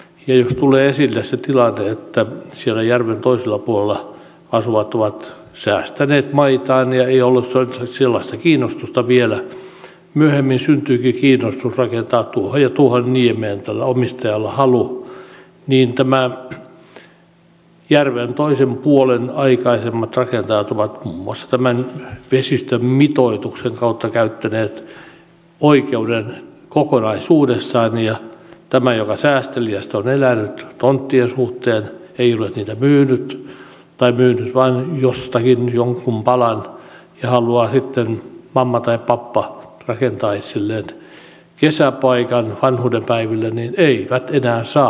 jos tulee esille se tilanne että siellä järven toisella puolella asuvat ovat säästäneet maitaan ei ole ollut sellaista kiinnostusta vielä mutta myöhemmin syntyykin kiinnostus näillä omistajilla rakentaa tuohon ja tuohon niemeen niin tämän järven toisen puolen rakentajat aikaisemmat rakentajat ovat muun muassa tämän vesistön mitoituksen kautta käyttäneet oikeuden kokonaisuudessaan ja nämä jotka säästeliäästi ovat eläneet tonttien suhteen eivät ole niitä myyneet tai ovat myyneet vain jostakin jonkun palan mutta sitten mamma tai pappa haluaa rakentaa itselleen kesäpaikan vanhuudenpäiville eivät enää saakaan sitä